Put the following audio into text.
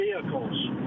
vehicles